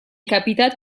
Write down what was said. capitata